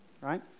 Right